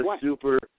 super